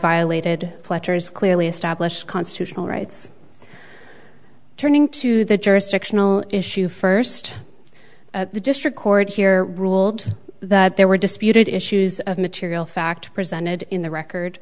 violated plotters clearly established constitutional rights turning to the jurisdictional issue first the district court here ruled that there were disputed issues of material fact presented in the record